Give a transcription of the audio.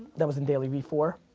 that was in dailyvee four?